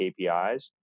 kpis